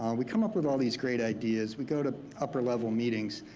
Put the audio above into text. um we come up with all these great ideas, we go to upper level meetings,